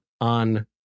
on